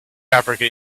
africa